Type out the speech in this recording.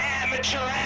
amateur